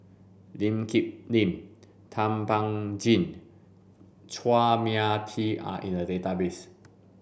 Lee Kip Lin Thum Ping Tjin Chua Mia Tee are in the database